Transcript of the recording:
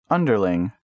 Underling